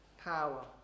power